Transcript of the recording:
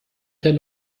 den